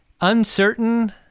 uncertain